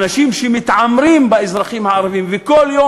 אנשים שמתעמרים באזרחים הערבים וכל יום